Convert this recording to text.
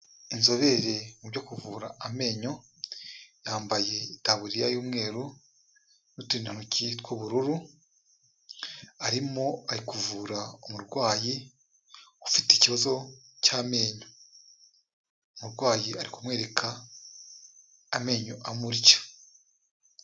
Inzobere mu byo kuvura amenyo yambaye itaburiya y'umweru, n'uturidantoki tw'ubururu, arimo ari kuvura umurwayi, ufite ikibazo cy'amenyo, umurwayi ari kumwereka amenyo amurya.